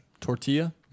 tortilla